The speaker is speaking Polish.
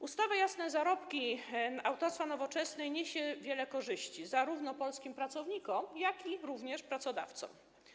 Ustawa: jasne zarobki, autorstwa Nowoczesnej, przyniesie wiele korzyści zarówno polskim pracownikom, jak i pracodawcom.